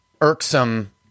irksome